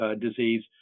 disease